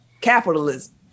capitalism